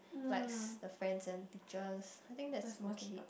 likes the friends and teachers I think that's okay